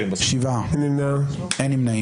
הצבעה לא אושרו.